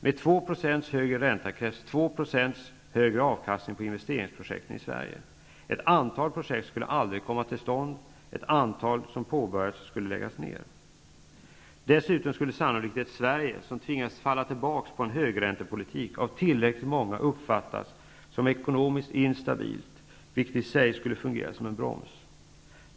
Med 2 % högre ränta krävs 2 % högre avkastning på investeringsprojekten i Sverige. Ett antal projekt skulle aldrig komma till stånd, och ett antal som påbörjats skulle läggas ned. Dessutom skulle sannolikt ett Sverige, som tvingas att falla tillbaka på en högräntepolitik, av tillräckligt många uppfattas som ekonomiskt instabilt, vilket i sig skulle fungera som en broms.